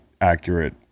accurate